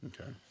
Okay